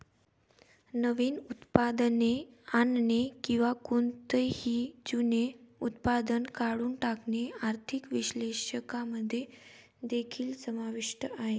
नवीन उत्पादने आणणे किंवा कोणतेही जुने उत्पादन काढून टाकणे आर्थिक विश्लेषकांमध्ये देखील समाविष्ट आहे